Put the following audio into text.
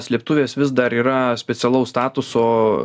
slėptuvės vis dar yra specialaus statuso